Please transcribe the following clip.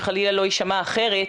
שחלילה לא יישמע אחרת.